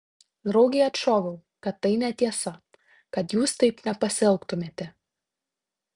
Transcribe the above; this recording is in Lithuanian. draugei atšoviau kad tai netiesa kad jūs taip nepasielgtumėte